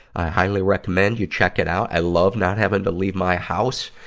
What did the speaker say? i highly recommend you check it out. i love not having to leave my house.